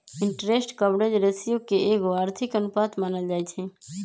interest coverage ratio के एगो आर्थिक अनुपात मानल जाइ छइ